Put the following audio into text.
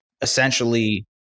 essentially –